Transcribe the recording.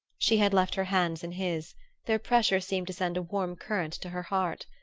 she had left her hands in his their pressure seemed to send a warm current to her heart.